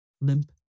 limp